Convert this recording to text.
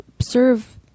serve